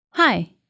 Hi